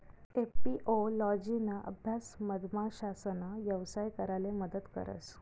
एपिओलोजिना अभ्यास मधमाशासना यवसाय कराले मदत करस